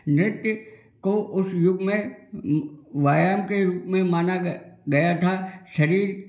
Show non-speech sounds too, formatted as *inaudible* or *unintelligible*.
नृत्य को उस युग में व्यायाम के रूप में माना *unintelligible* गया था शरीर